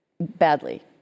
badly